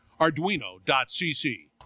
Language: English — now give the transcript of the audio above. arduino.cc